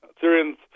Syrians